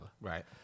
right